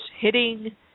hitting